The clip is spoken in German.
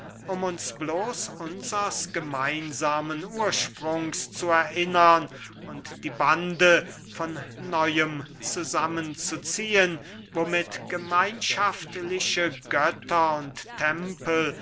um uns bloß unsers gemeinsamen ursprungs zu erinnern und die bande von neuem zusammen zu ziehen womit gemeinschaftliche götter und tempel